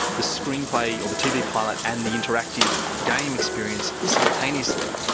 the screenplay or the tv pilot and the interactive game experience simultaneously.